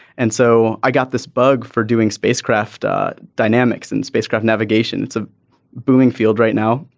and so i got this bug for doing spacecraft dynamics and spacecraft navigation. it's a booming field right now.